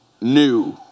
new